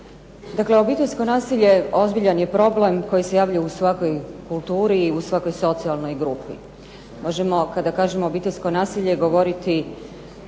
Dakle, obiteljsko nasilje ozbiljan je problem koji se javlja u svakoj kulturi i u svakoj socijalnoj grupi. Možemo kada kažemo obiteljsko nasilje govoriti